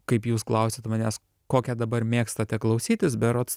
kaip jūs klausėt manęs kokią dabar mėgstate klausytis berods